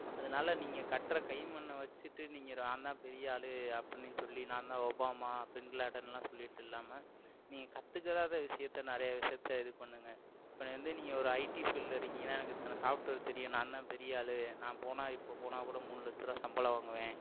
அதனால நீங்கள் கற்ற கை மண்ணை வெச்சிகிட்டு நீங்கள் ரா தான் பெரிய ஆளு அப்பிடின் சொல்லி நான் தான் ஒபாமா பின் லேடன்லாம் சொல்லிட்டு இல்லாமல் நீங்கள் கத்துக்கிடாத விஷயத்த நிறையா விஷயத்த இது பண்ணுங்க இப்போ வந்து நீங்கள் ஒரு ஐடி ஃபீல்டில் இருக்கீங்கன்னா எனக்கு இத்தனை சாஃப்ட்வேர் தெரியும் நான் தான் பெரிய ஆளு நான் போனால் இப்போ போனால் கூட மூணு லட்சருபா சம்பளம் வாங்குவேன்